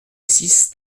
six